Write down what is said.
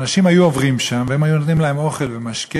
אנשים היו עוברים שם והם היו נותנים להם אוכל ומשקה,